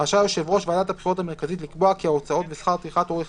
רשאי יושב ראש ועדת הבחירות המרכזית לקבוע כי ההוצאות ושכר טרחת עורך